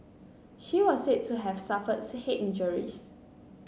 she was said to have suffered head injuries